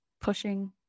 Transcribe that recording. pushing